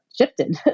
shifted